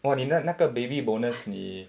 !wah! 你那那个 baby bonus 你